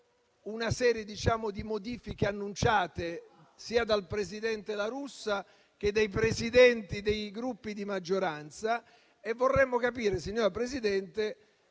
una serie di modifiche annunciate sia dal presidente La Russa che dai Presidenti dei Gruppi di maggioranza. E vorremmo capire, signora Presidente,